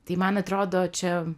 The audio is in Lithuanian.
tai man atrodo čia